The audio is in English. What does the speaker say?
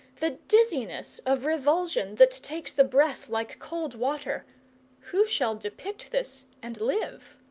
the dizziness of revulsion that takes the breath like cold water who shall depict this and live?